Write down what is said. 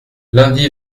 lundi